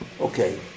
Okay